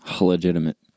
Legitimate